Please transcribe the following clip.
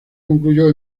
concluyó